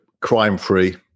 crime-free